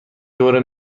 دور